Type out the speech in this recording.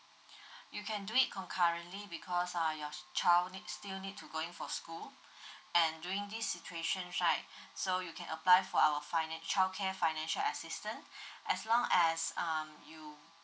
you can do it concurrently because uh your child need still need to going for school and during this situation right so you can apply for our finance childcare financial assistance as long as um you